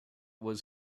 was